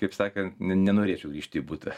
kaip sakant ne nenorėčiau grįžt į butą